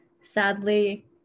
Sadly